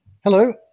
Hello